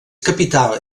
capital